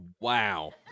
Wow